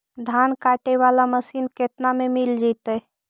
धान काटे वाला मशीन केतना में मिल जैतै?